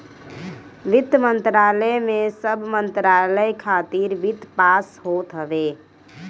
वित्त मंत्रालय में सब मंत्रालय खातिर वित्त पास होत हवे